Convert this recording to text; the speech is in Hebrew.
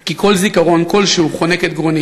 כי כל זיכרון שהוא חונק את גרוני,